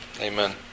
Amen